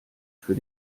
für